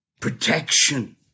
protection